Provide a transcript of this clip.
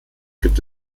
gibt